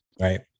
Right